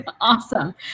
Awesome